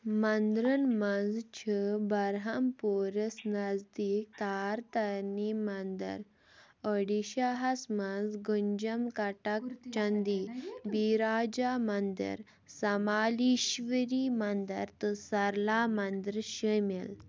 مَندرَن منٛز چھِ بَرہم پوٗرَس نزدیٖک تارتانی مَندَر اوڈیٖشاہَس منٛز گُنجَم کَٹَک چَندی بیٖراجا مَندِر سمالیٖشؤری مَندَر تہٕ سرلا مَنٛدرٕ شٲمِل